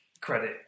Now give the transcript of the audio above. credit